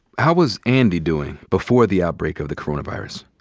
how was andy doing before the outbreak of the coronavirus?